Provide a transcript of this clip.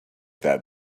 that